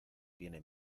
tiene